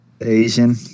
Asian